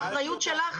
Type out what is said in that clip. האחריות היא שלך.